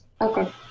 Okay